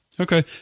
Okay